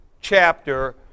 chapter